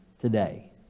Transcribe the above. today